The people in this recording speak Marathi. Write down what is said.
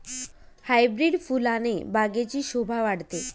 हायब्रीड फुलाने बागेची शोभा वाढते